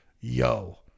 yo